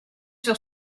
sur